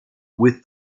with